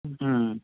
হুম